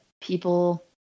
people